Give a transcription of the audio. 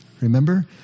remember